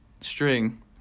string